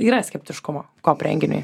yra skeptiškumo kop renginiui